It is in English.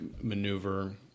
maneuver